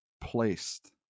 placed